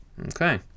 okay